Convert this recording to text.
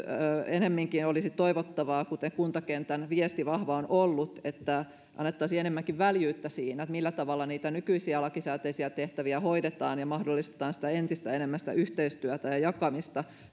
olisi toivottavaa kuten kuntakentän vahva viesti on ollut että annettaisiin ennemminkin väljyyttä siinä millä tavalla niitä nykyisiä lakisääteisiä tehtäviä hoidetaan ja mahdollistetaan entistä enemmän sitä yhteistyötä ja ja jakamista